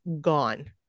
gone